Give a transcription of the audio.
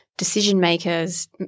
decision-makers